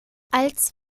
als